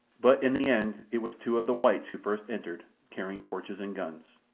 but in the end it was two of the whites who first entered, carrying torches and guns.